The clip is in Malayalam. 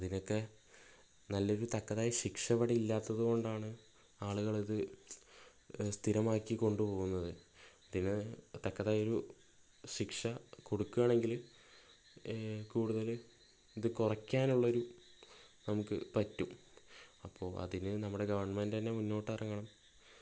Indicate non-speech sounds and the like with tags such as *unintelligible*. അതിനൊക്കെ നല്ലൊരു തക്കതായ ശിക്ഷ ഇവിടെയില്ലാത്തത്കൊണ്ടാണ് ആളുകളിത് സ്ഥിരമാക്കിക്കൊണ്ട് പോകുന്നത് *unintelligible* തക്കതായൊരു ശിക്ഷ കൊടുക്കുകയാണെങ്കിൽ കൂടുതല് ഇത് കുറയ്ക്കാനുള്ളൊരു നമുക്ക് പറ്റും അപ്പോൾ അതിന് നമ്മുടെ ഗവൺമെന്റ് തന്നെ മുന്നോട്ടിറങ്ങണം